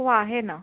हो आहे ना